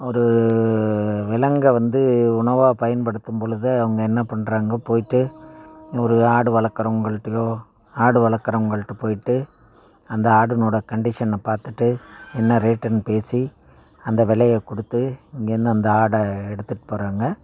ஒரு விலங்கை வந்து உணவாக பயன்படுத்தும் பொழுது அவங்க என்ன பண்ணுறாங்க போயிட்டு ஒரு ஆடு வளர்க்குறவங்கள்ட்டயோ ஆடு வளர்க்குறவங்கள்ட்ட போயிட்டு அந்த ஆடுனோட கன்டிஷனைப் பார்த்துட்டு என்ன ரேட்டுன்னு பேசி அந்த விலையக் கொடுத்து என்ன இந்த ஆட்டை எடுத்துகிட்டுப் போகிறேங்க